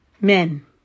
men